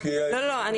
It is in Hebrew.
בסוף אנחנו